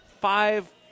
five